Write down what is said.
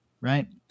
right